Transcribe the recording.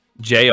jr